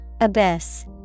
Abyss